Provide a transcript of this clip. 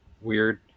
weird